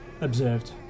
observed